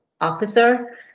officer